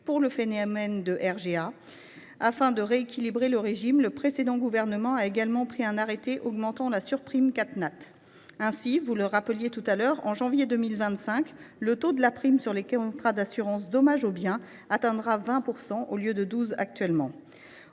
pour le phénomène de RGA. Afin de rééquilibrer le régime, le précédent gouvernement a également pris un arrêté augmentant la surprime CatNat. En conséquence, au 1 janvier 2025, le taux de la prime sur les contrats d’assurance « dommages aux biens » atteindra 20 %, contre 12 % actuellement.